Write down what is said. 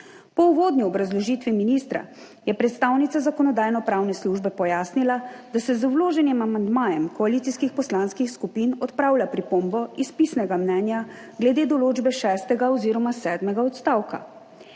Po uvodni obrazložitvi ministra je predstavnica Zakonodajno-pravne službe pojasnila, da se z vloženim amandmajem koalicijskih poslanskih skupin odpravlja pripomba iz pisnega mnenja glede določbe šestega oziroma sedmega odstavka.